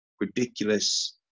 ridiculous